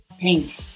Paint